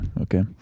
okay